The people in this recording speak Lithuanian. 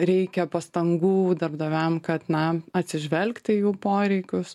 reikia pastangų darbdaviam kad na atsižvelgti į jų poreikius